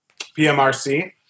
PMRC